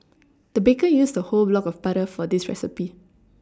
the baker used a whole block of butter for this recipe